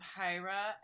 Hira